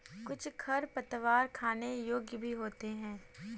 कुछ खरपतवार खाने योग्य भी होते हैं